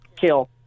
kill